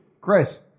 Chris